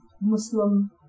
Muslim